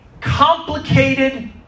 complicated